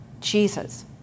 Jesus